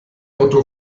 auto